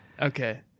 Okay